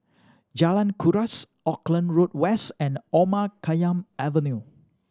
Jalan Kuras Auckland Road West and Omar Khayyam Avenue